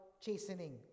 chastening